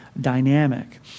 dynamic